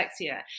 dyslexia